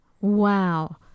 Wow